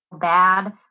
bad